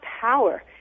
power